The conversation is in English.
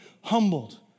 humbled